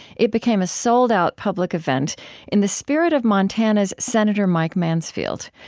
it became a sold-out public event in the spirit of montana's senator mike mansfield,